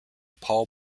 paul